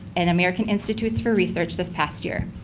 and american institutes for research this past year.